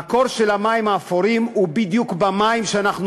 המקור של המים האפורים הוא בדיוק המים שאנחנו